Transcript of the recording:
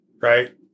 right